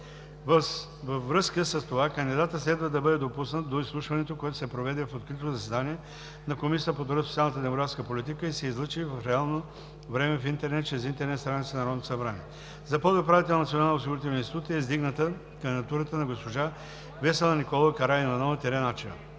Във връзка с това кандидатът следва да бъде допуснат до изслушването, което се проведе в открито заседание на Комисията по труда, социалната и демографската политика и се излъчи в реално време в интернет чрез интернет страницата на Народното събрание. За подуправител на Националния осигурителен институт е издигната кандидатурата на госпожа Весела Николова Караиванова-Начева.